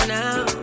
now